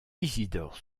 isidore